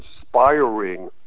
inspiring